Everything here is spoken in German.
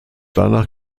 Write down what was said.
danach